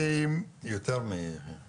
יותר מאבו סנאן.